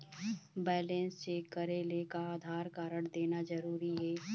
Balance check करेले का Aadhaar card देना जरूरी हे?